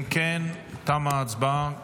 אם כן, תמה ההצבעה.